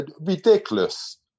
ridiculous